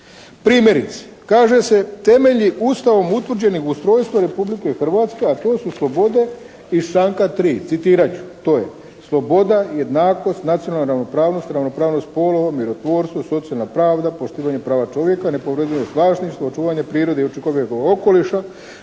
Primjerice kaže se temeljem Ustavom utvrđenim ustrojstvo Republike Hrvatske a to su slobode iz članka 3., citirat ću, to je: "Sloboda i jednakost, nacionalna ravnopravnost, ravnopravnost spolova, mirotvorstvo, socijalna pravda, poštivanje prava čovjeka, nepovredivost vlasništva, očuvanje prirode i čovjekova okoliša,